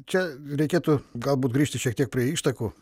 čia reikėtų galbūt grįžti šiek tiek prie ištakų